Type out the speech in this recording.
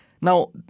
now